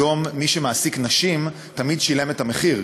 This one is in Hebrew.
היום מי שמעסיק נשים תמיד שילם את המחיר,